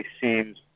seems